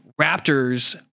Raptors